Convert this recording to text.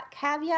caveat